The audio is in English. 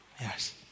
Yes